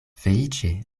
feliĉe